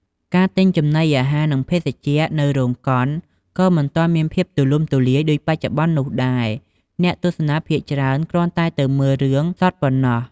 ការទិញចំណីអាហារ និងភេសជ្ជៈនៅរោងកុន ក៏មិនទាន់មានភាពទូលំទូលាយ ដូចបច្ចុប្បន្ននោះដែរ អ្នកទស្សនាភាគច្រើនគ្រាន់តែទៅមើលរឿងសុទ្ធប៉ុណ្ណោះ ។